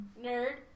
Nerd